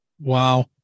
Wow